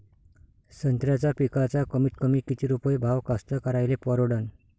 संत्र्याचा पिकाचा कमीतकमी किती रुपये भाव कास्तकाराइले परवडन?